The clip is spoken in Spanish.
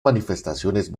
manifestaciones